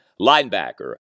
linebacker